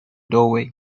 doorway